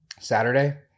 Saturday